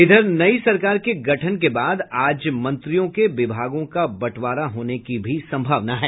इधर नई सरकार के गठन के बाद आज मंत्रियों के विभागों का बंटवारा होने की भी संभावना है